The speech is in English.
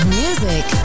music